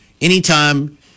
anytime